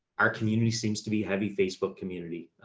our community seems to be heavy facebook community,